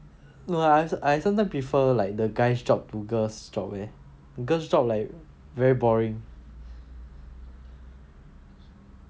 no lah I sometimes prefer like the guys job to girls job eh girls job like very boring